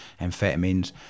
amphetamines